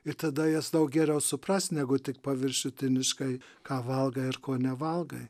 ir tada jas daug geriau suprast negu tik paviršutiniškai ką valgai ir ko nevalgai